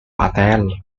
patel